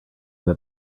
that